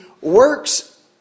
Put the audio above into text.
works